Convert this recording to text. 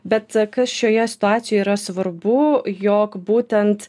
bet kas šioje situacijoje yra svarbu jog būtent